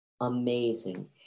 amazing